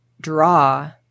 draw